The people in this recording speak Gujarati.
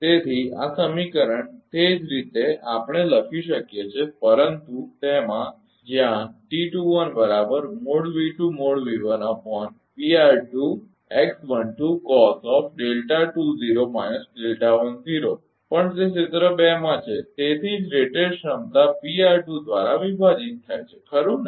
તેથી આ સમીકરણ તે જ રીતે આપણે લખી શકીએ છીએ પરંતુ તેમાં પરંતુ જ્યાં પણ તે ક્ષેત્ર 2 માં છે તેથી જ રેટેડ ક્ષમતા દ્વારા વિભાજિત થાય છે ખરુ ને